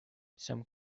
some